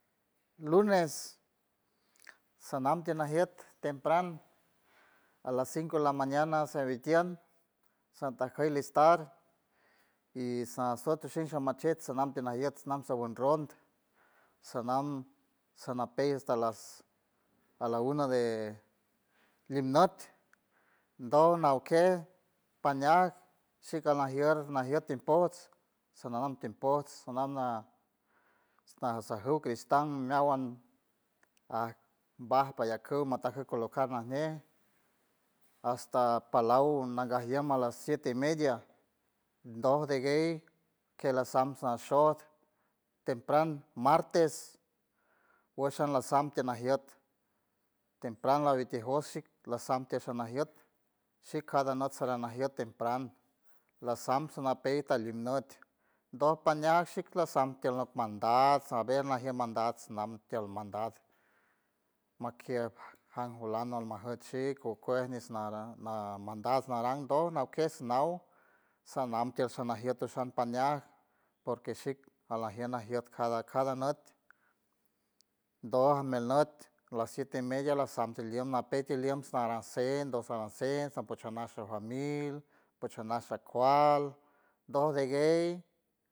Lunes sanam tienajiet tempran a las cinco la mañana seritiem satajkuy listar y sa nasuet isuej machiet sanam tinajiet nam show unrron sanam sanapey esta las a la una de limnut doj naw kej pañaj sical najier najiet timpots sanajien tiempots sanam na esta saju cristan meawan aj baj payaku matajku colocar najñe hasta palaw nangaj wien a las siete y media doj de guey ke lasam nashots tempran martes wesh an lasam tinajiet tempran labitie jos shik lasam tishanajiet si cada nut saran najiet tempran lasam sanipey talip nüt doj pañiaj shik lasam tiel nok manda saber najier manda nam tiel manda makiej jan fulado almajok shik okuej nish na- naran mandad naran doj naw kes naw sanam tiel sanajiet tushan pañajt porque shik alajien najiet cada cada nüt doj milnut las siete y media lasam tiliem napey tiliem naran cen doj saran cen apochoj familia sha kual doj de guey.